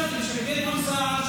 של גדעון סער,